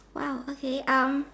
!wow! okay um